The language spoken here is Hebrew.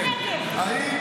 וחברת הכנסת מלינובסקי, אני,